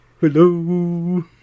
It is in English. hello